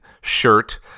shirt